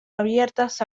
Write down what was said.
abiertas